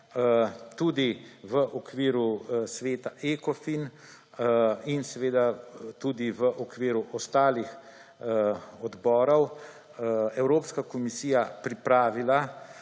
tudi v okviru Sveta ECOFIN ter tudi v okviru ostalih odborov Evropska komisija pripravila